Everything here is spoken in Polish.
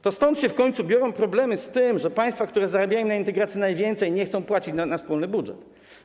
To stąd w końcu biorą się problemy z tym, że państwa, które zarabiają na integracji najwięcej, nie chcą płacić na wspólny budżet.